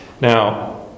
Now